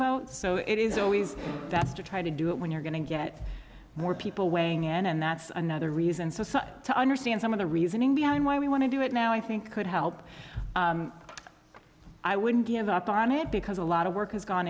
vote so it is always best to try to do it when you're going to get more people weighing in and that's another reason to understand some of the reasoning behind why we want to do it now i think could help i wouldn't give up on it because a lot of work has gone